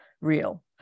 real